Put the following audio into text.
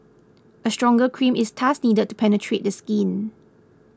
a stronger cream is thus needed to penetrate the skin